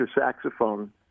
saxophone